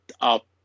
up